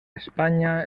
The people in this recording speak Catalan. espanya